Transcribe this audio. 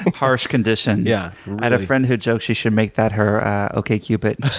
harsh conditions. yeah i had a friend who joked she should make that her okay cupid